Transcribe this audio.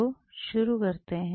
तो बस शुरू करते हैं